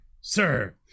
Sir